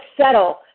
settle